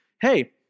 hey